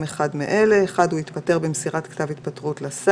אחד מאלה: הוא התפטר במסירת כתב התפטרות לראש